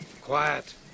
Quiet